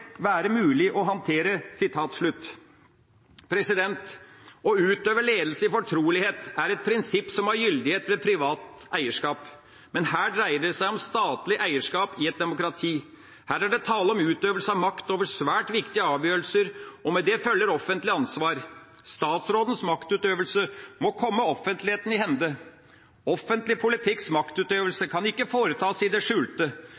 være mulig å håndtere.» Å utøve ledelse i fortrolighet er et prinsipp som har gyldighet ved privat eierskap, men her dreier det seg om statlig eierskap i et demokrati. Her er det tale om utøvelse av makt over svært viktige avgjørelser, og med det følger offentlig ansvar. Statsrådens maktutøvelse må komme offentligheten i hende. Offentlig politikks maktutøvelse kan ikke foretas i det skjulte.